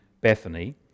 Bethany